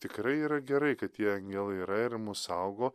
tikrai yra gerai kad tie angelai yra ir mus saugo